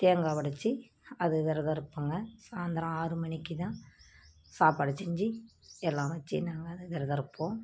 தேங்காய் உடச்சு அது விரதம் இருப்போங்க சாய்ந்தரம் ஆறு மணிக்கு தான் சாப்பாடு செஞ்சு எல்லாம் வச்சு நாங்கள் விரதம் இருப்போம்